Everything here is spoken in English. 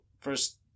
first